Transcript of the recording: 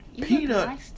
Peanut